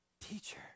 teacher